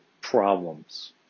problems